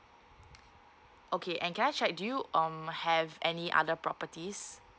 okay and can I check do you um have any other properties